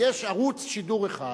יש ערוץ שידור אחד